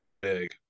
big